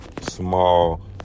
small